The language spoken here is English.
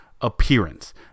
appearance